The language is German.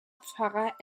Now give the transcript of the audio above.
pfarrer